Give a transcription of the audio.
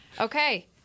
Okay